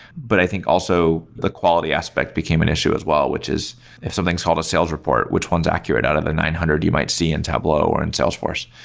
but i think also the quality aspect became an issue as well, which is if something's called a sales report, which one is accurate out of the nine hundred you might see in tableau or in salesforce?